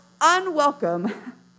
unwelcome